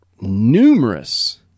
numerous